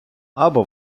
або